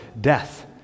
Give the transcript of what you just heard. death